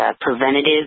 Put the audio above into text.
preventative